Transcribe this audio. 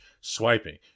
swiping